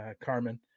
Carmen